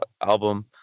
album